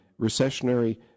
recessionary